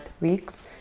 weeks